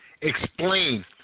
explain